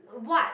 what